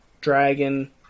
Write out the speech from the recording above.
Dragon